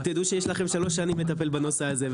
שתדעו שיש לכם שלוש שנים לטפל בנושא הזה,